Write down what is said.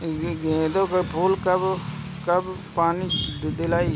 गेंदे के फूल मे कब कब पानी दियाला?